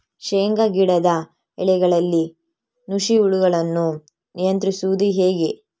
ಶೇಂಗಾ ಗಿಡದ ಎಲೆಗಳಲ್ಲಿ ನುಷಿ ಹುಳುಗಳನ್ನು ನಿಯಂತ್ರಿಸುವುದು ಹೇಗೆ?